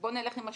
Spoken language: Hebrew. בוא נלך עם השוק,